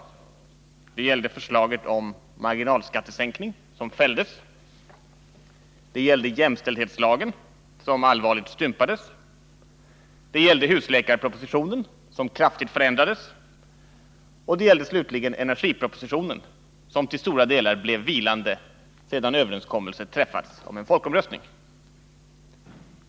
Det gällde förslaget om marginalskattesänkning, som fälldes. Det gällde jämställdhetslagen, som allvarligt stympades. Det gällde husläkarpropositionen, som kraftigt förändrades. Och det gällde slutligen energipropositionen, som till stora delar blev vilande sedan överenskommelse träffats om folkomröstning.